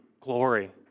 glory